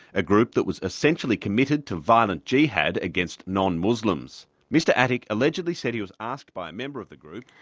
a group that was essentially committed to violent jihad against non-muslims. mr atik allegedly said he was asked by a member of the group.